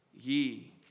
ye